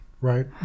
right